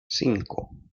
cinco